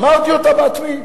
אמרתי אותה בעצמי.